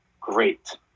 great